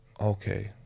okay